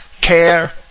care